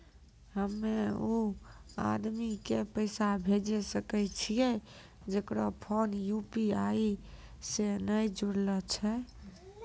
हम्मय उ आदमी के पैसा भेजै सकय छियै जेकरो फोन यु.पी.आई से नैय जूरलो छै?